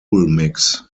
mix